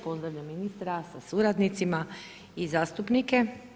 Pozdravljam ministra sa suradnicima i zastupnike.